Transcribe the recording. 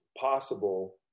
possible